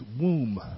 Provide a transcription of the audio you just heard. womb